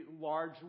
large